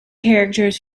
characters